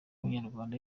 nyarwanda